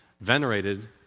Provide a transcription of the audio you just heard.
venerated